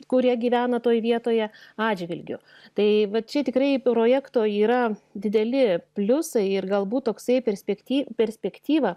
kurie gyvena toj vietoje atžvilgiu tai va čia tikrai projekto yra dideli pliusai ir galbūt toksai perspekty perspektyva